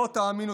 לא תאמינו,